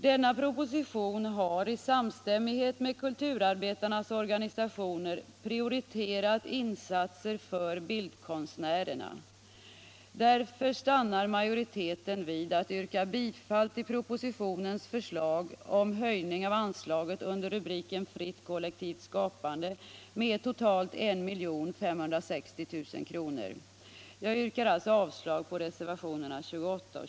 Denna proposition har I samstämmighet med kulturarbetarnas organisationer prioriterat insatser för bildkonstnärerna. Därför stannar majoriteten vid att yrka bifall till propositionens förslag om höjning av anslaget under rubriken ”Fritt kollektivt skapande” med totalt 1 560 000 kr.